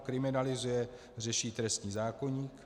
Kriminalizuje, řeší trestní zákoník.